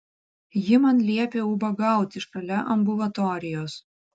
ji man liepė ubagauti šalia ambulatorijos